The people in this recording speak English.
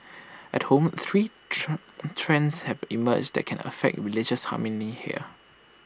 at home three trends have emerged that can affect religious harmony here